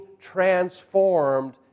transformed